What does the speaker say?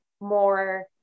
more